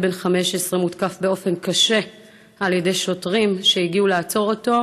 בן 15 מותקף באופן קשה על ידי שוטרים שהגיעו לעצור אותו,